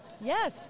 Yes